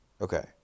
Okay